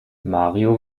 mario